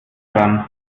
daran